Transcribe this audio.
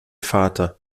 vater